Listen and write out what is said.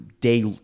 day